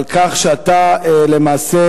על כך שאתה למעשה